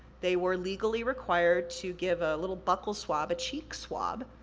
they were legally required to give a little buccal swab, a cheek swab,